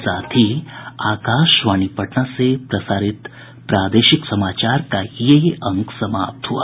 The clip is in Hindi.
इसके साथ ही आकाशवाणी पटना से प्रसारित प्रादेशिक समाचार का ये अंक समाप्त हुआ